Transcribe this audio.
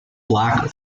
black